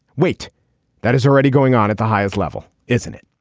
wait that is already going on at the highest level isn't it.